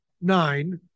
nine